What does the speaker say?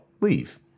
leave